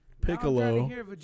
Piccolo